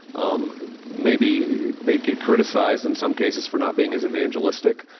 um maybe they'd get criticized in some cases for not being as evangelistic,